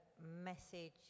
message